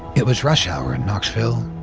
it was rush-hour in knoxville,